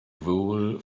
wool